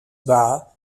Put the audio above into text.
bar